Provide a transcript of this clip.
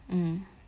mm